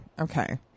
Okay